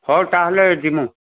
ହଉ ତାହେଲେ ଯିବୁ